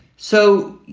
so,